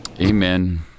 Amen